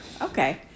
Okay